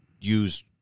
use